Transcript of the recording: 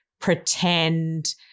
pretend